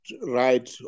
right